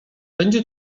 będzie